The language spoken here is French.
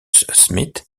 smith